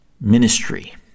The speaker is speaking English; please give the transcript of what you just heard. ministry